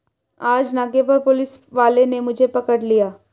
आज नाके पर पुलिस वाले ने मुझे पकड़ लिया